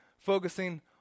Focusing